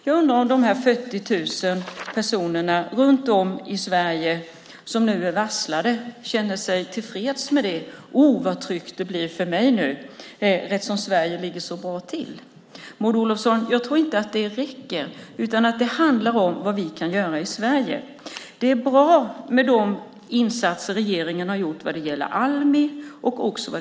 Jag undrar om de 40 000 personerna runt om i Sverige som nu är varslade känner sig tillfreds med det: O, vad tryggt det blir för mig nu, eftersom Sverige ligger så bra till! Maud Olofsson, jag tror inte att det räcker. Det handlar om vad vi kan göra i Sverige. Det är bra med de insatser som regeringen har gjort vad det gäller Almi och exportkredit.